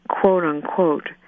quote-unquote